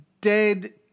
dead